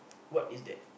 what is that